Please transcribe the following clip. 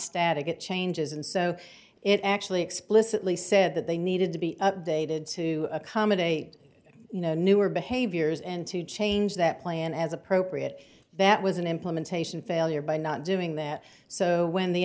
static it changes and so it actually explicitly said that they needed to be updated to accommodate newer behaviors and to change that plan as appropriate that was an implementation failure by not doing that so when the